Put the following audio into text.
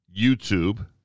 YouTube